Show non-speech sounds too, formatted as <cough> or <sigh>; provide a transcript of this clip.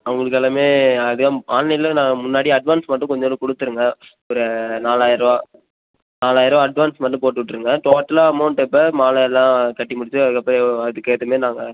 அவங்களுக்கு எல்லாமே <unintelligible> ஆன்லைன்லயே நான் முன்னாடியே அட்வான்ஸ் மட்டும் கொஞ்சோண்டு கொடுத்துருங்க ஒரு நாலாயர ரூபா நாலாயர ரூவா அட்வான்ஸ் மட்டும் போட்டு விட்ருங்க டோட்டலாக அமௌன்ட் இப்போ மாலையெலாம் கட்டி முடித்து அதுக்கப்புறம் எவ்வளோ அதுக்கு ஏற்ற மாதிரி நாங்கள்